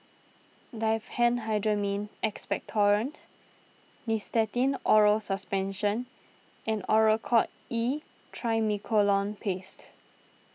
Diphenhydramine Expectorant Nystatin Oral Suspension and Oracort E Triamcinolone Paste